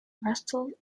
wrestled